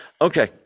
Okay